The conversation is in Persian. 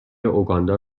اوگاندا